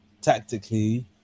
tactically